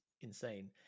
insane